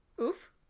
Oof